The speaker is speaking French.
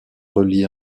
reliées